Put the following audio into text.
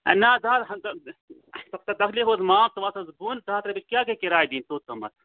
ہے نہ حظ زٕ ہَتھ تَکلیٖف حظ معاف ژٕ وَس حظ بۄن زٕ ہَتھ رۄپیہٕ کیٛاہ گٔے کِراے دِنۍ توٚتامَتھ